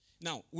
Now